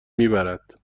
میبرد